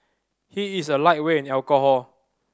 he is a lightweight in alcohol